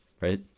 right